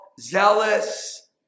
zealous